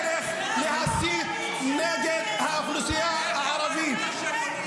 אתם מנסים בכל דרך להסית נגד האוכלוסייה הערבית.